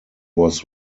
was